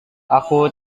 aku